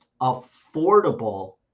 affordable